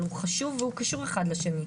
אבל הוא חשוב וקשור אחד לשני.